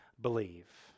believe